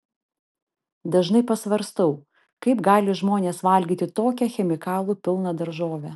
dažnai pasvarstau kaip gali žmonės valgyti tokią chemikalų pilną daržovę